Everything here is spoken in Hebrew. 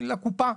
לקופה,